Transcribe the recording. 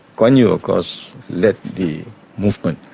kuan yew of course the the movement,